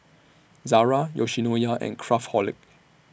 Zara Yoshinoya and Craftholic